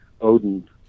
Odin